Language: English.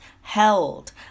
held